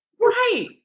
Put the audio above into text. Right